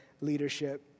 leadership